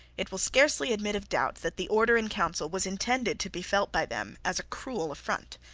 it will scarcely admit of doubt that the order in council was intended to be felt by them as a cruel affront.